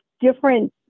different